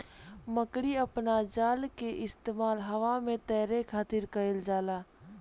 मकड़ी अपना जाल के इस्तेमाल हवा में तैरे खातिर कईल जाला